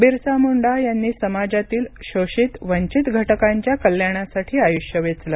बिरसा मुंडा यांनी समाजातील शोषित वंचित घटकांच्या कल्याणासाठी आयुष्य वेचले